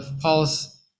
Paul's